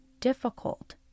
difficult